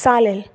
चालेल